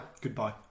goodbye